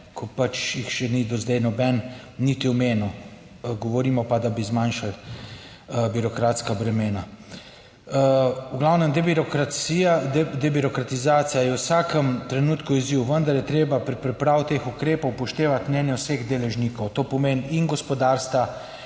ki pač jih še ni do zdaj noben niti omenil, govorimo pa, da bi zmanjšali birokratska bremena. V glavnem, debirokracija, debirokratizacija je v vsakem trenutku izziv, vendar je treba pri pripravi teh ukrepov upoštevati mnenja vseh deležnikov, to pomeni in gospodarstva